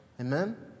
Amen